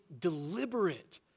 deliberate